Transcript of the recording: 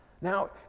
Now